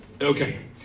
Okay